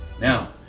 Now